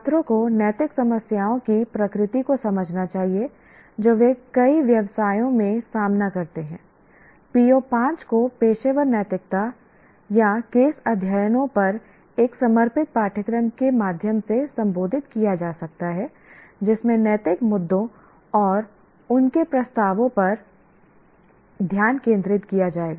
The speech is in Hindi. छात्रों को नैतिक समस्याओं की प्रकृति को समझना चाहिए जो वे कई व्यवसायों में सामना करते हैंI PO5 को पेशेवर नैतिकता और या केस अध्ययनों पर एक समर्पित पाठ्यक्रम के माध्यम से संबोधित किया जा सकता है जिसमें नैतिक मुद्दों और उनके प्रस्तावों पर ध्यान केंद्रित किया जाएगा